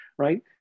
right